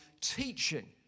teaching